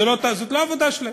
זאת לא העבודה שלהם.